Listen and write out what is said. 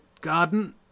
garden